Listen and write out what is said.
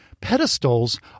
pedestals